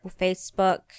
Facebook